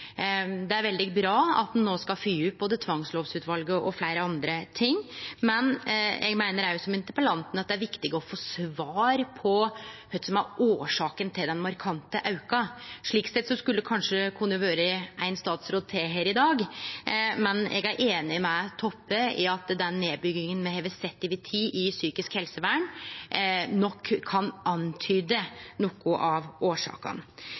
Det er veldig bra at ein no skal fylgje opp både tvangslovutvalet og fleire andre ting, men eg meiner òg som interpellanten at det er viktig å få svar på kva som er årsaka til den markante auken. Slik sett skulle det kanskje kunne vore ein statsråd til her i dag, men eg er einig med Toppe i at den nedbygginga me har sett over tid i psykisk helsevern, nok kan antyde noko av